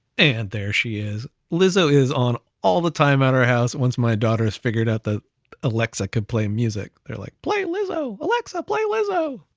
and there she is. lizzo is on all the time at our house. once my daughter has figured out that alexa could play music, they're like play lizzo, alexa, play lizzo.